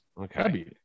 Okay